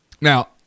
Now